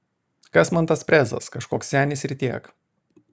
kas man tas prezas kažkoks senis ir tiek